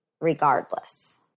regardless